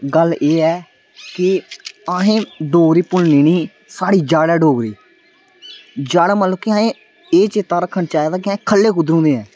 गल्ल एह् ऐ कि अहें डोगरी भुल्लनी नी स्हाड़ी जड़़ ऐ डोगरी जड़ ऐ मतलब कि अहें एह् चेता रक्खना चाहिदा कि अहें खल्लें कुद्धरूं दे आं